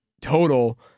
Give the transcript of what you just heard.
total